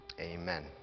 amen